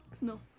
No